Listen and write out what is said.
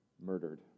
murdered